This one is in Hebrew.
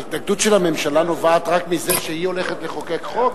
ההתנגדות של הממשלה נובעת רק מזה שהיא הולכת לחוקק חוק?